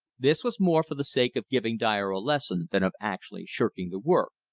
this was more for the sake of giving dyer a lesson than of actually shirking the work,